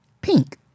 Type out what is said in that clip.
Pink